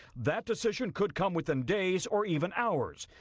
that decision could come within days or even hours.